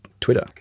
Twitter